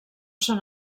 són